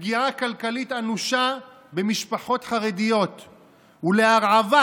לפגיעה כלכלית אנושה במשפחות חרדיות ולהרעבת,